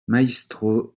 maestro